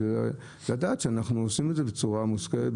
לדעת שאנחנו עושים את זה בצורה מושכלת,